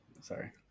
Sorry